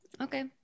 Okay